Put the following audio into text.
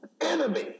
Enemy